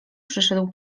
przyszedł